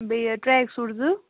بیٚیہِ ٹریک سوٗٹھ زٕ